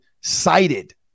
cited